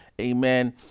amen